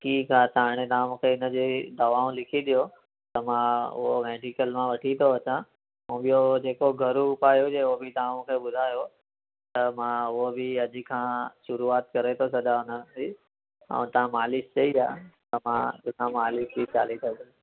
ठीकु आहे त हाणे तव्हां मूंखे इनजी दवाऊं लिखी ॾियो त मां उहे मेडीकल मां वठी थो अचा ऐं ॿियो जेको घरू उपाय हुजे ओ भी तव्हां मूंखे ॿुधायो त मां उहो बि अज खां शुरुआत करे थो छॾां उन्हनि जी ऐं तव्हां मालिश चई आहे त मां किथां मालिश बी चालू